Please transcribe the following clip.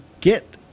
get